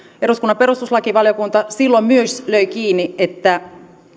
eduskunnan perustuslakivaliokunta silloin myös löi kiinni sen että